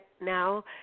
now